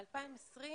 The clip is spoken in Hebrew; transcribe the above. בשנת 2020